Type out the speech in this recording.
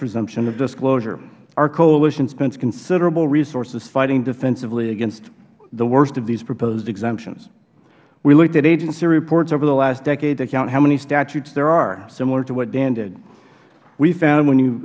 presumption of disclosure our coalition spends considerable resources fighting defensively against the worst of these proposed exemptions we looked at agency reports over the last decade that count how many statutes there are similar to what dan did we found when you